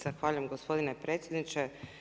Zahvaljujem gospodine predsjedniče.